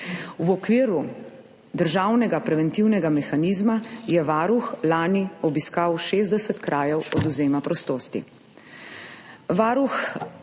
V okviru Državnega preventivnega mehanizma je varuh lani obiskal 60 krajev odvzema prostosti.